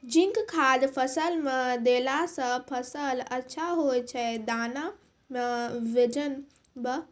zinc खाद फ़सल मे देला से फ़सल अच्छा होय छै दाना मे वजन ब